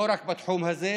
לא רק בתחום הזה,